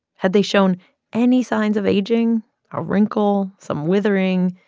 had they shown any signs of aging a wrinkle, some withering?